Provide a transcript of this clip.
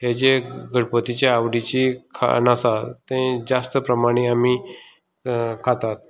हें जे गणपतीचें आवडीचें खाण आसा तें जास्त प्रमाणे आमी खातात